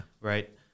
Right